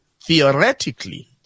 theoretically